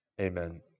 amen